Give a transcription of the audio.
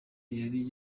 yari